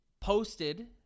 posted